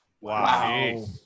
Wow